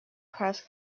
press